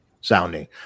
sounding